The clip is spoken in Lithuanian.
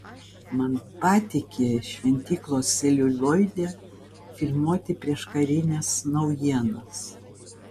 man patiki šventyklos celiulioide filmuoti prieškarines naujienas